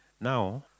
Now